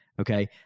Okay